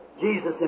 Jesus